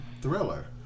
Thriller